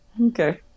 okay